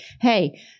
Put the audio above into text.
Hey